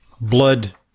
blood